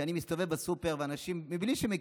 אני מסתובב בסופר ואנשים מבינים,